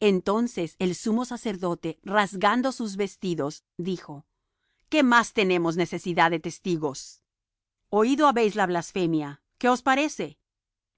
entonces el sumo sacerdote rasgando sus vestidos dijo qué más tenemos necesidad de testigos oído habéis la blasfemia qué os parece